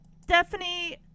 Stephanie